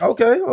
Okay